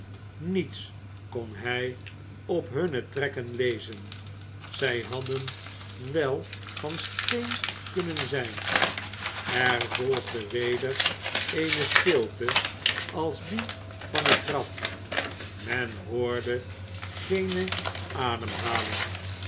niets kon hij op hunne trekken lezen zij hadden wel van steen kunnen zijn er volgde weder eene stilte als die van het graf men hoorde geene ademhaling